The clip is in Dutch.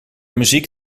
muziek